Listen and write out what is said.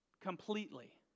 completely